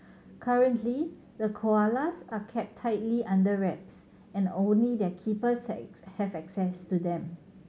currently the koalas are kept tightly under wraps and only their keepers have access to them